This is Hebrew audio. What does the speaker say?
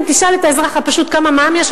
אם תשאל את האזרח הפשוט כמה מע"מ יש,